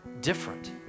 different